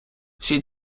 всі